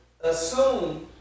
assume